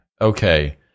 Okay